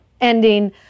ending